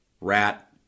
rat